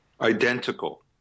identical